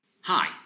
Hi